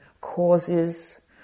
causes